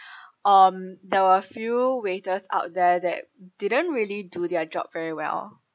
um there were a few waiters out there that didn't really do their job very well